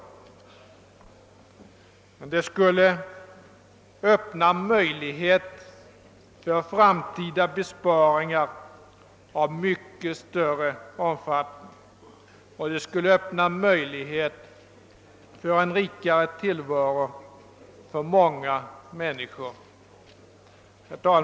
Ökad hälsovårdsupplysning skulle öppna möjligheter för framtida besparingar av en mycket större omfattning och bidra till att ge många människor en rikare tillvaro. Herr talman!